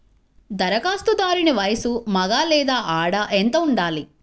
ధరఖాస్తుదారుని వయస్సు మగ లేదా ఆడ ఎంత ఉండాలి?